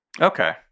Okay